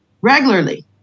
regularly